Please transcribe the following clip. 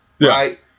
right